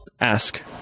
Ask